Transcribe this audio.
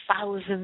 thousands